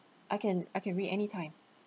I can I can read anytime